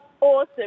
Awesome